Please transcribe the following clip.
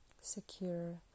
secure